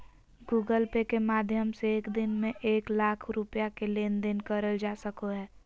Google Pay के माध्यम से एक दिन में एक लाख रुपया के लेन देन करल जा सको हय